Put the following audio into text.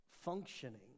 Functioning